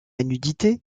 nudité